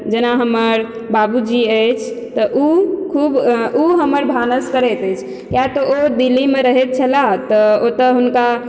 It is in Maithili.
जेना हमर बाबूजी अछि तऽ ओ खूब ओ हमर भानस करैत अछि किआतऽ ओ दिल्लीमऽ रहैत छलाह तऽ ओतय हुनका